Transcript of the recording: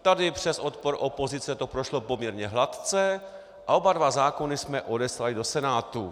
Tady přes odpor opozice to prošlo poměrně hladce a oba dva zákony jsme odeslali do Senátu.